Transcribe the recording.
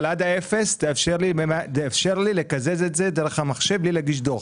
אבל עד האפס תאפשר לי לקזז את זה דרך המחשב בלי להגיש דו"ח.